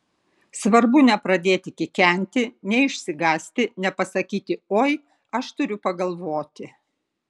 svarbu nepradėti kikenti neišsigąsti nepasakyti oi aš turiu pagalvoti